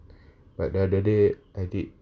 but the other day I did